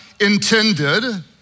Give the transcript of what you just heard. intended